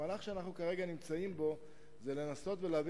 המהלך שכרגע אנחנו עושים הוא לנסות להעביר